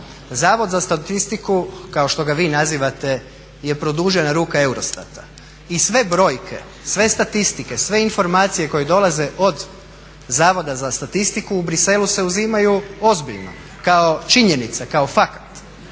Zavod za statistiku kao što ga vi nazivate je produžena ruka EUROSTAT-a i sve brojke, sve statistike, sve informacije koje dolaze od Zavoda za statistiku u Bruxellesu se uzimaju ozbiljno kao činjenica kao fakat.